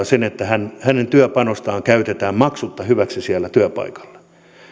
sen että hänen työpanostaan käytetään maksutta hyväksi siellä työpaikalla